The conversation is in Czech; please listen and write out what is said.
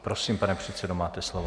Prosím, pane předsedo, máte slovo.